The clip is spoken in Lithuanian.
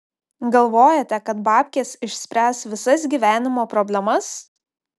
galvojate kad babkės išspręs visas gyvenimo problemas